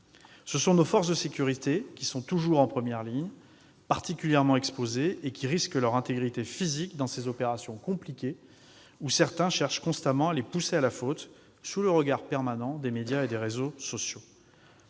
en tête de la manifestation. Toujours en première ligne, particulièrement exposées, nos forces de sécurité risquent leur intégrité physique dans ces opérations compliquées, où certains cherchent constamment à les pousser à la faute, sous le regard permanent des médias et des réseaux sociaux.